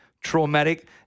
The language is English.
traumatic